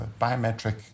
biometric